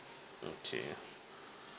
okay